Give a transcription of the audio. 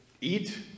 eat